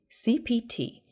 cpt